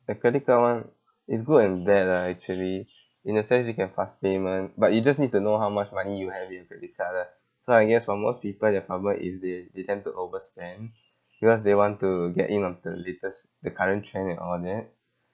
the credit card one is good and bad lah actually in a sense you can fast payment but you just need to know how much money you have in credit card ah so I guess for most people their problem is they they tend to overspend because they want to get in on the latest the current trend and all that